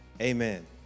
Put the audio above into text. amen